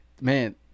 man